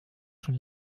schon